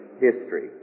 history